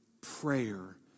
prayer